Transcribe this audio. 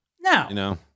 No